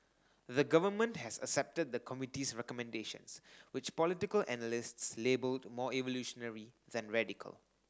the Government has accepted the committee's recommendations which political analysts labelled more evolutionary than radical